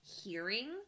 hearing